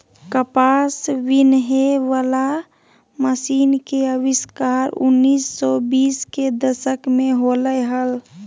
कपास बिनहे वला मशीन के आविष्कार उन्नीस सौ बीस के दशक में होलय हल